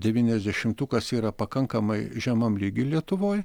devyniasdešimtukas yra pakankamai žemam lygy lietuvoj